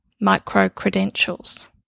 micro-credentials